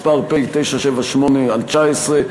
פ/978/19,